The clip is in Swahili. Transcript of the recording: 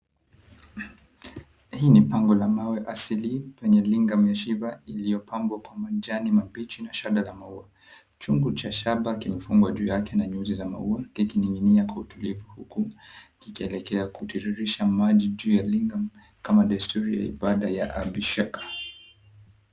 Hii ni pango la mawe asili penye linga meshiba iliyopambwa kwa majani mabichi na shada ya maua. Chungu cha shaba kimefungwa juu yake na nyuzi za maua kikiningingia kwa utulivu huku kikielekea kutiririsha maji juu ya linga kama desturi ya ibada ya Abdi Shekar.